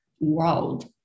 world